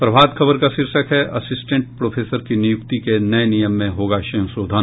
प्रभात खबर का शीर्षक है असिस्टेंट प्रोफेसर की नियुक्ति के नये नियम में होगा संशोधन